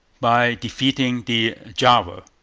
by defeating the java.